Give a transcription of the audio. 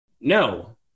no